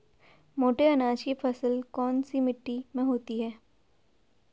मोटे अनाज की फसल कौन सी मिट्टी में होती है?